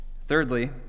Thirdly